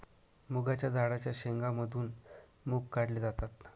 मुगाच्या झाडाच्या शेंगा मधून मुग काढले जातात